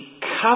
cover